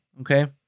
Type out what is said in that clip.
okay